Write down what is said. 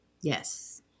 Yes